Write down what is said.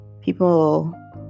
people